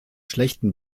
schlechten